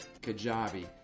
Kajabi